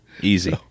Easy